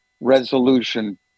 resolution